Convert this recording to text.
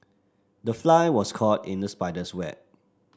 the fly was caught in the spider's web